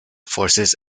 forces